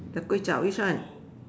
the kway-chap which one